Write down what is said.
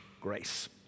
grace